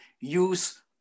use